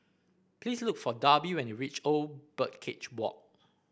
please look for Darby when you reach Old Birdcage Walk